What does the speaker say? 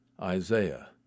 Isaiah